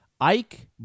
Ike